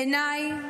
בעיניי,